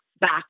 back